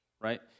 right